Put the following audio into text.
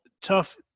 tough